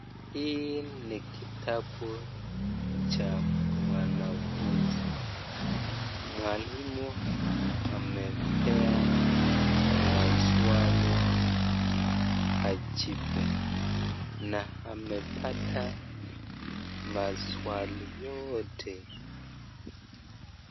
Hii ni kitabu cha mwanafunzi. Mwalimu amempea maswali ajibu na amepata maswali yote.